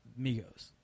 Migos